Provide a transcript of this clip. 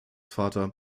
vater